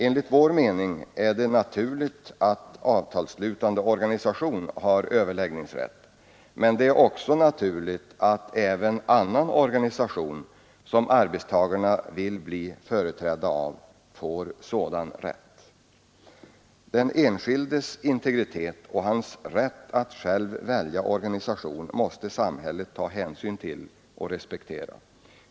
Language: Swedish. Enligt vår mening är det naturligt att avtalsslutande organisation har överläggningsrätt, men det är också naturligt att annan organisation, som arbetstagarna vill bli företrädda av, får sådan rätt. Den enskildes integritet och hans rätt att själv välja organisation måste samhället ta hänsyn till och respektera.